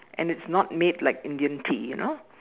and it's not made like Indian tea you know